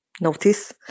notice